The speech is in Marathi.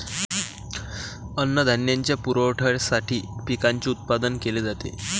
अन्नधान्याच्या पुरवठ्यासाठी पिकांचे उत्पादन केले जाते